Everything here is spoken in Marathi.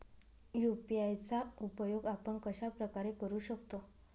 यू.पी.आय चा उपयोग आपण कशाप्रकारे करु शकतो?